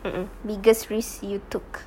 mm mm biggest risk you took